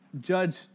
judge